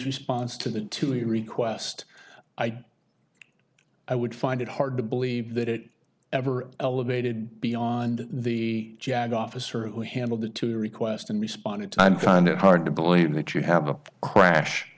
response to that to the request i think i would find it hard to believe that it ever elevated beyond the jag officer who handled the two request and responded to i'm kind of hard to believe that you have a crash